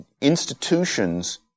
institutions